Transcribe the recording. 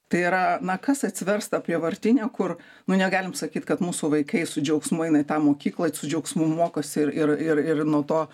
tai yra na kas atsvers tą prievartinę kur nu negalim sakyt kad mūsų vaikai su džiaugsmu eina į tą mokyklą su džiaugsmu mokosi ir ir ir ir nuo to